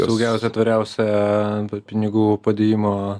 saugiausia tvariausia pinigų padėjimo